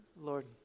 lord